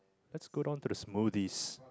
let's go down to the smoothies